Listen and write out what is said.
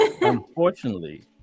Unfortunately